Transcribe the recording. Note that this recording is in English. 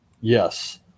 Yes